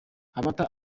amata